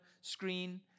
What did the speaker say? screen